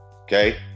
Okay